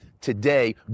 today